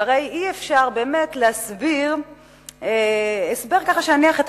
שהרי אי-אפשר באמת לתת הסבר אחר שיניח את